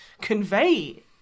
convey